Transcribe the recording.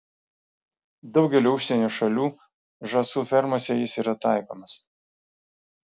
daugelio užsienio šalių žąsų fermose jis yra taikomas